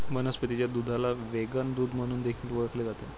वनस्पतीच्या दुधाला व्हेगन दूध म्हणून देखील ओळखले जाते